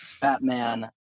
Batman